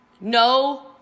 No